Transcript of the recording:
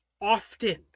often